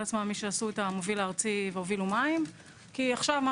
עצמם מי שעשו את "המוביל הארצי" והובילו מים כי עכשיו מה